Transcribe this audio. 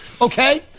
okay